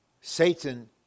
Satan